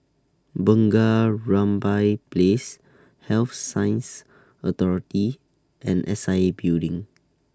Bunga Rampai Place Health Sciences Authority and S I A Building